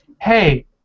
hey